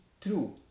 true